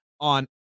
on